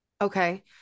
Okay